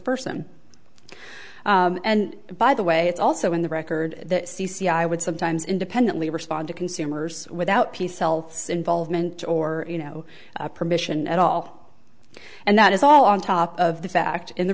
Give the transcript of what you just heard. person and by the way it's also in the record that c c i would sometimes independently respond to consumers without peace elfs involvement or you know permission at all and that is all on top of the fact in the